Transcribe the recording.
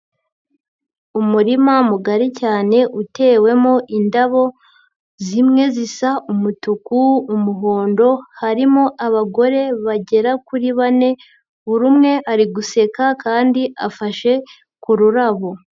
Umurima mugari cyane utewemo indabo zimwe zisa umutuku, umuhondo harimo abagore bagera kuri bane buri umwe ari guseka kandi afashe ku rurabo.